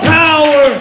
power